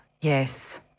Yes